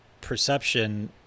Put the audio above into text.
perception